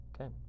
Okay